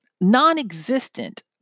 non-existent